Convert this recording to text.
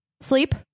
Sleep